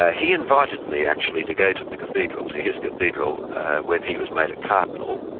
ah he invited me actually to go to the cathedral to his cathedral when he was made a cardinal,